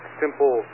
simple